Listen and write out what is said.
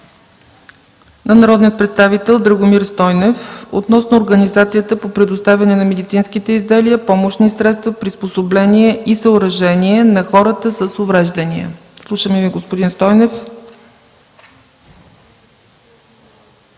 от народния представител Драгомир Стойнев относно организацията по предоставяне на медицински изделия, помощни средства, приспособления и съоръжения за хора с увреждания. Господин Стойнев,